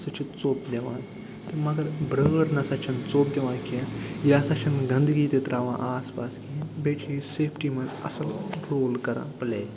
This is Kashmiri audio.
سُہ چھُ ژوٚپ دِوان تہٕ مگر برٲر نَسا چھَنہٕ ژوٚپ دِوان کیٚنٛہہ یہِ ہسا چھَنہٕ گنٛدگی تہِ ترٛاوان آس پاس کِہیٖنۍ بیٚیہِ چھِ یہِ سیفٹی منٛز اَصٕل رول کران پٕلے